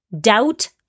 doubt